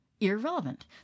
Irrelevant